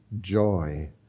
joy